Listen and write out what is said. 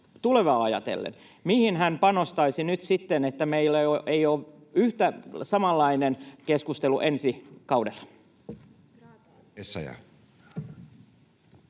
tulevaa ajatellen: mihin hän panostaisi nyt, että meillä ei ole samanlainen keskustelu ensi kaudella?